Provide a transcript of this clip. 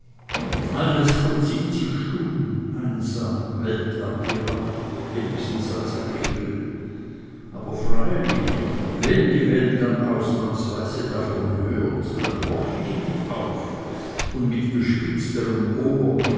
alles vollzieht sich stumm einsam weltabgewandt wenigstens als regel aber freilich wenn die welt dann ausnahmsweise davon hört dann horch ich mit auf und mit gespitzterem ohr